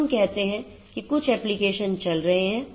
तो हम कहते हैं कि कुछ एप्लिकेशन चल रहे हैं